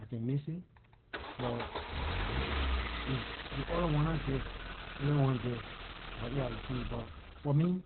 I can mix it buh if ley orda one nah there, anyone there, dah it I will something, buh for me